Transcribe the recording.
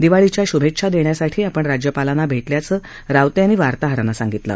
दिवाळीच्या शुभेच्छा देण्यासाठी आपण राज्यपालांना भेटल्याचं रावते यांनी वार्ताहरांना सांगितलं